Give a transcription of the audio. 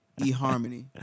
eHarmony